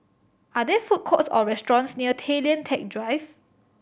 are there food courts or restaurants near Tay Lian Teck Drive